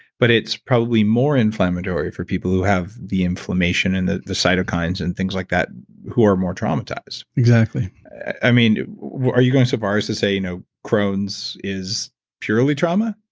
but it's probably more inflammatory for people who have the inflammation and the the cytokines and things like that who are more traumatized exactly i mean are you going so far as to say no, crohn's is purely trauma?